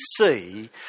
see